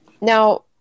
Now